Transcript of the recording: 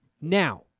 Now